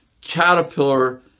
caterpillar